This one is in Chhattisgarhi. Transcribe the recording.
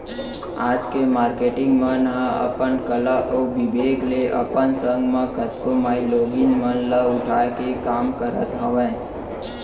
आज के मारकेटिंग मन ह अपन कला अउ बिबेक ले अपन संग म कतको माईलोगिन मन ल उठाय के काम करत हावय